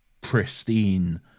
pristine